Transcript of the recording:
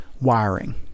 wiring